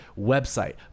website